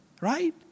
right